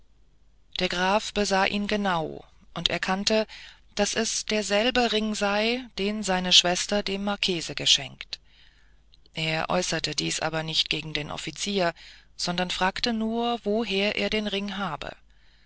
der graf besah ihn genau und erkannte daß es derselbe ring sei den seine schwester dem marchese geschenkt er äußerte dies aber nicht gegen den offizier sondern fragte nur woher er den ring habe